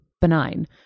benign